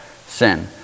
sin